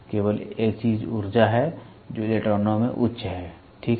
केवल एक चीज ऊर्जा है जो इलेक्ट्रॉनों में उच्च है ठीक है